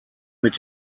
mit